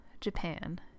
Japan